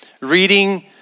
reading